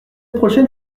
prochaine